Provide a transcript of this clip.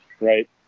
right